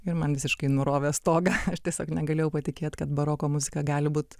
ir man visiškai nurovė stogą aš tiesiog negalėjau patikėt kad baroko muzika gali būt